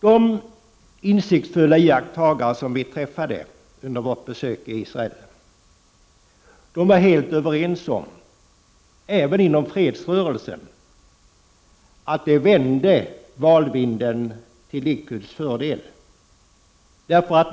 De insiktsfulla iakttagare som vi träffade under vårt besök i Israel var helt överens om — även fredsrörelsen — att detta vände valvinden till Likuds fördel.